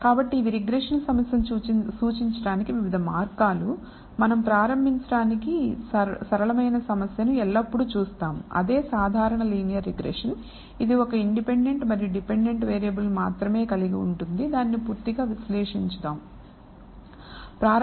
కాబట్టి ఇవి రిగ్రెషన్ సమస్యను సూచించడానికి వివిధ మార్గాలు మనం ప్రారంభించడానికి సరళమైన సమస్యను ఎల్లప్పుడూ చూస్తాము అదే సాధారణ లీనియర్ రిగ్రెషన్ ఇది ఒక ఇండిపెండెంట్ మరియు డిపెండెంట్ వేరియబుల్ మాత్రమే కలిగి ఉంటుంది దానిని పూర్తిగా విశ్లేషించండి